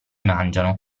mangiano